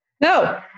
No